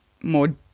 more